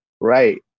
right